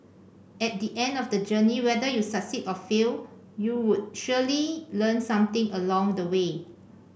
at the end of the journey whether you succeed or fail you would surely learn something along the way